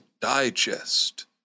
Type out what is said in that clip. Digest